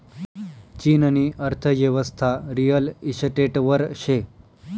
चीननी अर्थयेवस्था रिअल इशटेटवर शे